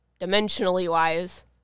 dimensionally-wise